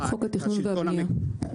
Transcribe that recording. חוק התכנון והבנייה.